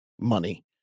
money